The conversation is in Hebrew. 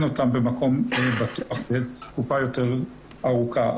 אותם במקום בטוח לתקופה יותר ארוכה,